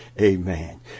Amen